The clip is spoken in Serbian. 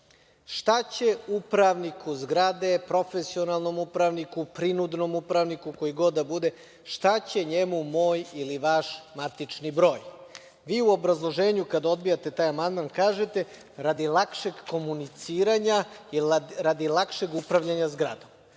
Šta će upravniku zgrade, profesionalnom upravniku, prinudnom upravniku, koji god da bude, šta će njemu moj ili vaš matični broj?U obrazloženju, kad odbijate ovaj amandman, vi kažete – radi lakšeg komuniciranja i radi lakšeg upravljanja zgradom.